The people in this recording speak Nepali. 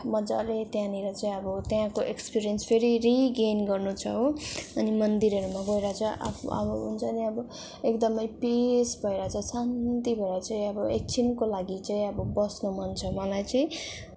मज्जाले त्यहाँनिर चाहिँ अब त्यहाँको एक्सपिरियन्स फेरि रिगेन गर्नु छ हो अनि मन्दिरहरूमा गएर चाहिँ आफू अब हुन्छ नि अब एकदमै पिस भएर चाहिँ शान्ति भएर चाहिँ अब एकछिनको लागि चाहिँ अब बस्नु मन छ मलाई चाहिँ